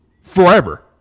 forever